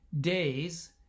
days